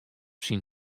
syn